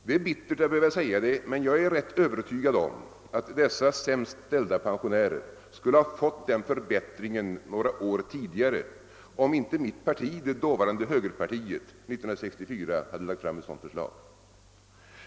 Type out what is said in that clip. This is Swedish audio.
Det är bittert att behöva säga det, men jag är rätt övertygad om att dessa sämst ställda pensionärer skulle ha fått förbättringen några år tidigare om inte mitt parti, det dåvarande högerpartiet, hade lagt fram ett sådant förslag 1964.